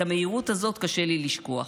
את המהירות הזו קשה לי לשכוח.